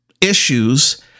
issues